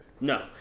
No